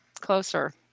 Closer